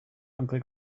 uncle